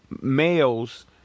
males